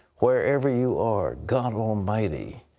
wherever you are, god almighty,